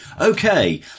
Okay